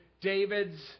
David's